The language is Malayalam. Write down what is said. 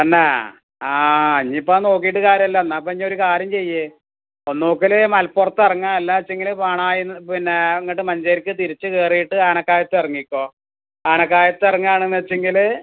എന്നാൽ ആ ഇനീപ്പത് നോക്കീട്ട് കാര്യമില്ല അന്നാപ്പിന്നൊരു കാര്യം ചെയ്യ് ഒന്നോക്കൽ മലപ്പുർത്തെർങ്ങാ അല്ലാച്ചെങ്കിൽ പാണായിന്ന് പിന്നേ ഇങ്ങട്ട് മഞ്ചേരിക്ക് തിരിച്ച് കേറീട്ട് ആനക്കായത്തെറങ്ങിക്കോ ആനക്കായത്തെറങ്ങാണെന്ന് വെച്ചങ്കിൽ